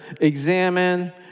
examine